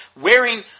wearing